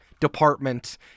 department